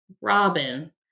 Robin